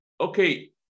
okay